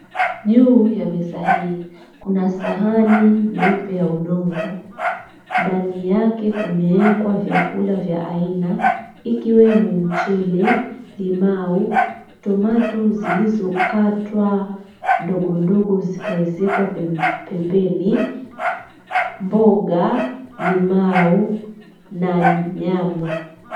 Juu ya meza hii kuna sahani nyeupe ya udongo. Ndani yake kumeekwa vyakula vya aina ikiwemo mchele, limau, tomato zilizokatwa ndogondogo zikaezekwa pembeni, mboga, limau na nyama.